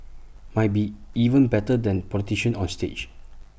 might be even better than politicians on stage